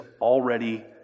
already